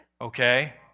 Okay